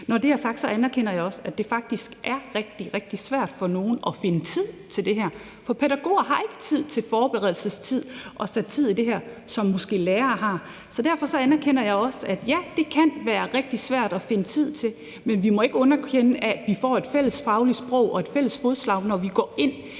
Når det er sagt, anerkender jeg også, at det faktisk er rigtig, rigtig svært for nogle at finde tid til det her, for pædagoger har ikke tid at lægge tid i det her, som lærere måske har. Så derfor anerkender jeg også, at ja, det kan være rigtig svært at finde tid til. Men vi må ikke underkende, at vi får et fælles fagligt sprog og et fælles fodslag, når vi går ind